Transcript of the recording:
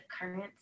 current